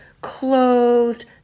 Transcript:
clothed